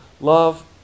love